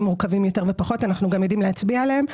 מורכבים יותר או פחות אנחנו גם יודעים להצביע עליהם.